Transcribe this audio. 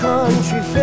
Country